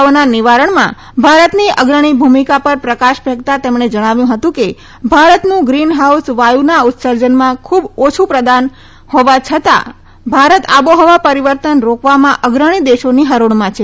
વૈશ્વિક સમસ્યાઓના નિવારણમાં ભારતની અગ્રણી ભૂમિકા પર પ્રકાશ ફેંકતા તેમણે જણાવ્યું હતું કે ભારતનું ગ્રીન હાઉસ વાયુના ઉત્સર્જનમાં ખુબ ઓછુ પ્રદાન હોવા છતાં ભારત આબોહવા પરીવર્તન રોકવામાં અગ્રણી દેશોની હરોળમાં છે